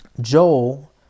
Joel